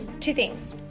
two things,